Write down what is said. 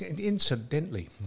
Incidentally